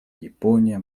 япония